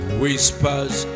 whispers